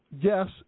yes